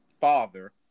father